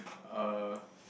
uh